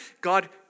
God